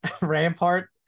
Rampart